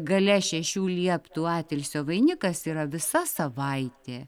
gale šešių lieptų atilsio vainikas yra visa savaitė